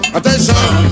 Attention